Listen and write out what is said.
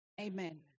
Amen